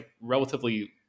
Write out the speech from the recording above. relatively